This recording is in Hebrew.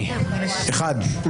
הצבעה לא אושרו.